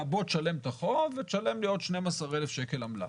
תשלם את החוב ותשלם לי עוד 12,000 שקל עמלה.